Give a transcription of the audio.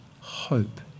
Hope